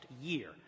year